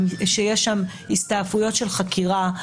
שבהם יש הסתעפויות של חקירה.